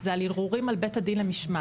זה על ערעורים על בית הדין למשמעת.